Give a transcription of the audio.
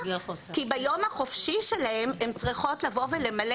כי ביום החופשי שלהן הם צריכות לבוא ולמלא